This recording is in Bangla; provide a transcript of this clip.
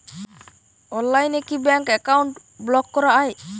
অনলাইনে কি ব্যাঙ্ক অ্যাকাউন্ট ব্লক করা য়ায়?